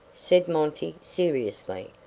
said monty, seriously.